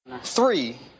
Three